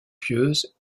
pieuse